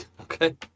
okay